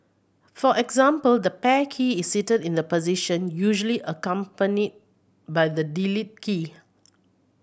for example the Pair key is sited in the position usually accompany by the Delete key